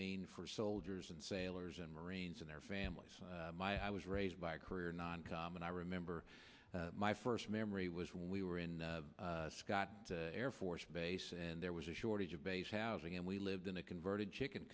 mean for soldiers and sailors and marines and their families i was raised by a career noncom and i remember my first memory was when we were in scott air force base and there was a shortage of base housing and we lived in a converted chicken